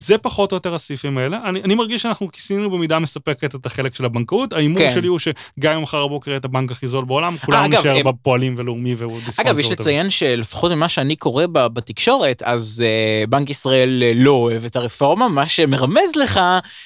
זה פחות או יותר הסעיפים האלה. אני מרגיש שאנחנו כיסינו במידה מספקת את החלק של הבנקאות. ההימור שלי הוא שגם אם מחר בבוקר יהיה את הבנק הכי זול בעולם כולנו נשאר בהפועלים ולאומי ודיסקונט. אגב, יש לציין שלפחות ממה שאני קורא בתקשורת אז בנק ישראל לא אוהב את הרפורמה מה שמרמז לך